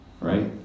Right